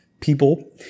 people